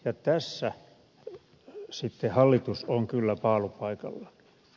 tässä sitten hallitus on kyllä paalupaikalla